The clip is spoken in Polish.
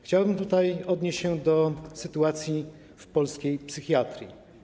Chciałbym tutaj odnieść się do sytuacji w polskiej psychiatrii.